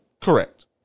Correct